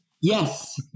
Yes